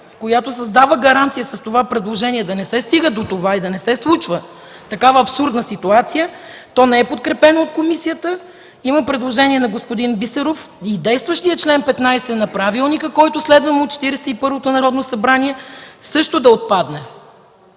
която създава гаранция с това предложение да не се стига до това и да не се случва такава абсурдна ситуация. То не е подкрепено от комисията. Има предложение на господин Бисеров и действащият чл. 15 на Правилника, който следва от Четиридесет и първото Народно събрание, също да отпадне.